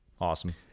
awesome